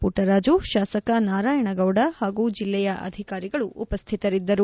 ಪುಟ್ವರಾಜು ಶಾಸಕ ನಾರಾಯಣಗೌದ ಹಾಗೂ ಜಿಲ್ಲೆಯ ಅಧಿಕಾರಿಗಳು ಉಪಸ್ಥಿತರಿದ್ದರು